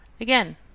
Again